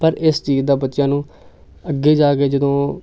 ਪਰ ਇਸ ਚੀਜ਼ ਦਾ ਬੱਚਿਆਂ ਨੂੰ ਅੱਗੇ ਜਾ ਕੇ ਜਦੋਂ